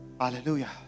Hallelujah